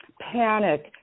panic